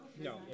no